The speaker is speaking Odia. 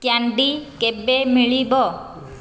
କ୍ୟାଣ୍ଡି କେବେ ମିଳିବ